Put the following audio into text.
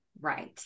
Right